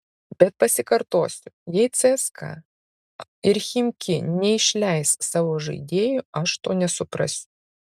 bet pasikartosiu jei cska ir chimki neišleis savo žaidėjų aš to nesuprasiu